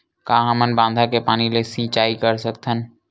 का हमन बांधा के पानी ले सिंचाई कर सकथन?